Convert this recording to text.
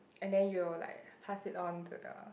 and then you'll like pass it on to the